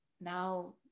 Now